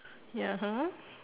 ya !huh!